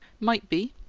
might be!